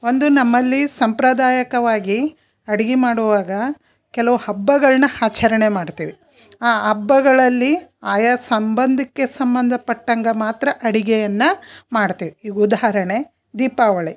ಒಂದು ನಮ್ಮಲ್ಲಿ ಸಂಪ್ರದಾಯಕವಾಗಿ ಅಡಿಗೆ ಮಾಡುವಾಗ ಕೆಲವು ಹಬ್ಬಗಳನ್ನ ಆಚರ್ಣೆ ಮಾಡ್ತೀವಿ ಆ ಹಬ್ಬಗಳಲ್ಲಿ ಆಯಾ ಸಂಬಂಧಕ್ಕೆ ಸಂಬಂಧಪಟ್ಟಂಗೆ ಮಾತ್ರ ಅಡಿಗೆಯನ್ನು ಮಾಡ್ತೀವಿ ಈಗ ಉದಾಹರಣೆ ದೀಪಾವಳಿ